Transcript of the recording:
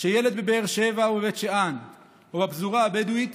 שילד בבאר שבע או בבית שאן או בפזורה הבדואית